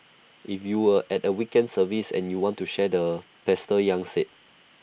if you were at the weekend service and you want to share the pastor yang said